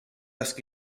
ask